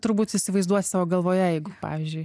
turbūt įsivaizduosi savo galvoje jeigu pavyzdžiui